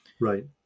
Right